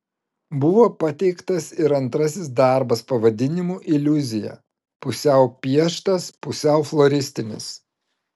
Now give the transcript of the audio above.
buvo pateiktas ir antrasis darbas pavadinimu iliuzija pusiau pieštas pusiau floristinis